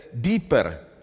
deeper